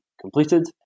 completed